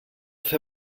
fer